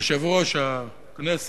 יושב-ראש הכנסת,